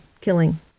killing